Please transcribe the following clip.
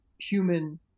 human